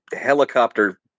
helicopter